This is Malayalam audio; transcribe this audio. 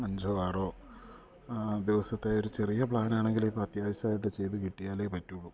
അഞ്ചോ ആറോ ദിവസത്തെ ഒരു ചെറിയ പ്ലാനാണെങ്കിൽ ഇപ്പോൾ അത്യാവശ്യമായിട്ട് ചെയ്തു കിട്ടിയാലേ പറ്റുള്ളൂ